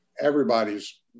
everybody's